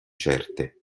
certe